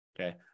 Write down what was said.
Okay